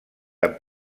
amb